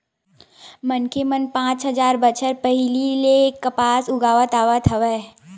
मनखे मन पाँच हजार बछर पहिली ले कपसा उगावत आवत हवय